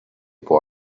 più